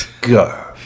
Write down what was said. Go